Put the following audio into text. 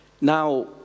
Now